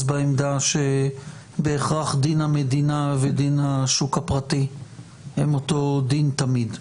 בעמדה שבהכרח דין המדינה ודין השוק הפרטי הם אותו דין תמיד.